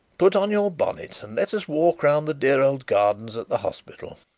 put on your bonnet, and let us walk round the dear old gardens at the hospital.